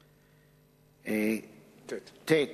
ט.